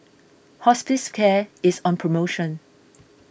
Hospicare is on promotion